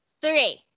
three